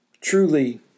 Truly